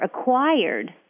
acquired